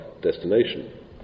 destination